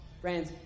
Friends